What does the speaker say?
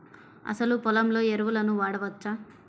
అసలు పొలంలో ఎరువులను వాడవచ్చా?